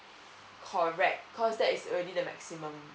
correct cause that is already the maximum